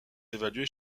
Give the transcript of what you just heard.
évalués